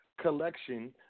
collection